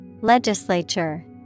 Legislature